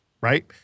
Right